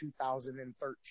2013